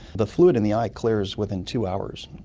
the fluid in the eye clears within two hours,